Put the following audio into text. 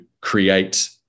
create